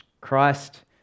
Christ